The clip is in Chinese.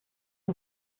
摧毁